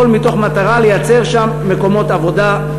הכול במטרה לייצר שם מקומות עבודה,